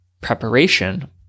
preparation